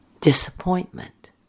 disappointment